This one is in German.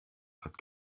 hat